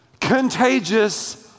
contagious